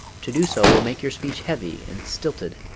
to do so will make your speech heavy and stilted.